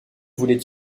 voulait